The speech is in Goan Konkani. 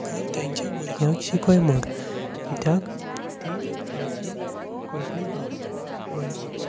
मुखार तांच्या भुरग्यांक शिकय म्हूण कित्याक ती आमची कोंकणी भास गोंयची